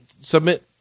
submit